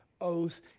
oath